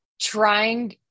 trying